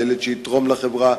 זה ילד שיתרום לחברה,